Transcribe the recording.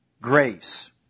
Grace